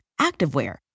activewear